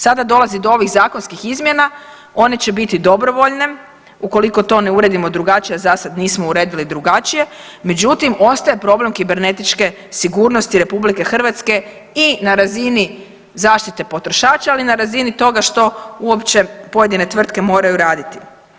Sada dolazi do ovih zakonskih izmjena, one će biti dobrovoljne ukoliko to ne uredimo drugačije, a zasad nismo uredili drugačije, međutim ostaje problem kibernetičke sigurnosti RH i na razini zaštite potrošača, ali i na razini toga što uopće pojedine tvrtke moraju raditi.